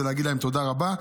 להגיד להם תודה רבה.